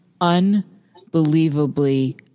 unbelievably